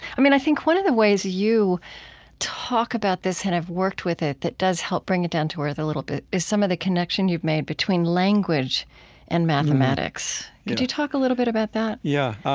i mean, i think one of the ways you talk about this and have worked with it that does help to bring it down to earth a little bit is some of the connection you've made between language and mathematics. could you talk a little bit about that? yeah.